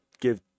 give